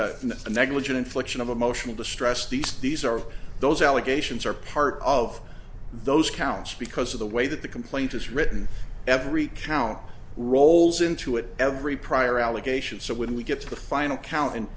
for negligent infliction of emotional distress these these are those allegations are part of those counts because of the way that the complaint is written every count rolls into it every prior allegations so when we get to the final count